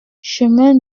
chemin